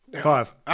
Five